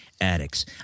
addicts